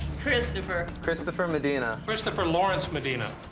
christopher christopher medina. christopher lawrence medina.